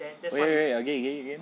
wait wait again again again